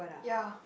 ya